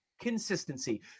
consistency